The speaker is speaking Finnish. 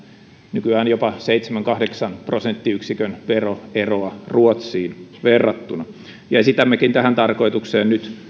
nykyään jopa seitsemän viiva kahdeksan prosenttiyksikön veroeroa ruotsiin verrattuna esitämmekin tähän tarkoitukseen nyt